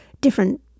different